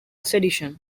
sedition